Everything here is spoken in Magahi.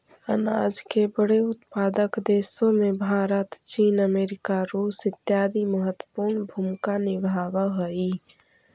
अनाज के बड़े उत्पादक देशों में भारत चीन अमेरिका रूस इत्यादि महत्वपूर्ण भूमिका निभावअ हई